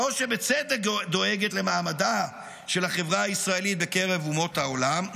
זו שבצדק דואגת למעמדה של החברה הישראלית בקרב אומות העולם,